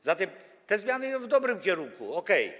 A zatem te zmiany idą w dobrym kierunku, okej.